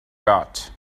got